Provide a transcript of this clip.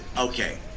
okay